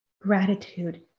Gratitude